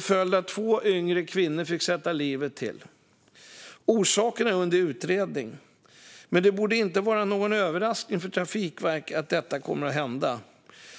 Följden blev att två yngre kvinnor fick sätta livet till. Orsaken är under utredning, men det borde inte vara någon överraskning för Trafikverket att detta händer och kommer att hända.